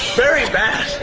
very bad.